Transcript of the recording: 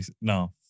No